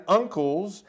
uncles